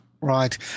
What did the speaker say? Right